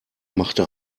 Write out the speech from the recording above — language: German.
machte